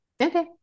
Okay